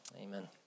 Amen